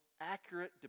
accurate